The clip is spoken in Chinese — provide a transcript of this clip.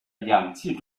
氧气